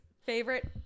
favorite